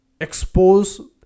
expose